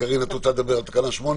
קארין, את רוצה לדבר על תקנה 8?